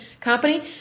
company